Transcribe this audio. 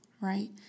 right